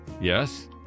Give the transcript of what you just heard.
Yes